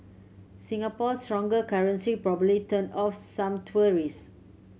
Singapore's stronger currency probably turned off some tourists